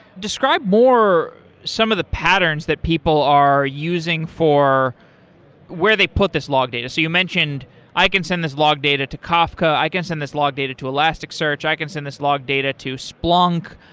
describe more some of the patterns that people are using for where they put this log data. so you mentioned i can send this log data to kafka. i can send this log data to elasticsearch. i can send this log data to splunk.